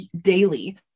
daily